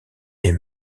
est